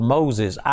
Moses